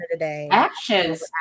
actions